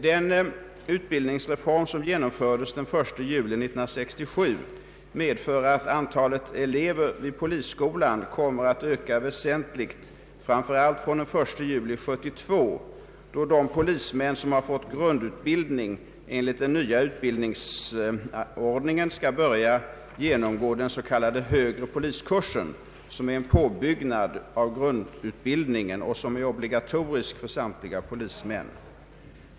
Den utbildningsreform som genomfördes den 1 juli 1967 medför att antalet elever vid polisskolan kommer att öka väsentligt, framför allt från den 1 juli 1972, då de polismän som har fått grundutbildning enligt den nya utbildningsordningen skall börja genomgå den s.k. högre poliskursen, som är en påbyggnad av grundutbildningen och som är obligatorisk för samtliga polismän.